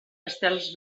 estels